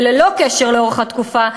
וללא קשר לאורך התקופה,